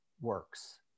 works